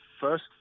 first